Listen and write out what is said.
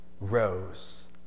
rose